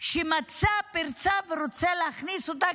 שמצא פרצה ורוצה להכניס אותה,